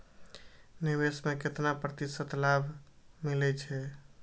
निवेश में केतना प्रतिशत लाभ मिले छै?